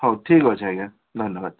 ହଉ ଠିକ୍ ଅଛି ଆଜ୍ଞା ଧନ୍ୟବାଦ୍